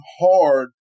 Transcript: hard